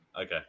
Okay